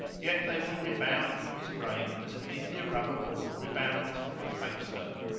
yet they will rebound from his brain as an india-rubber ball rebounds from a flagstone.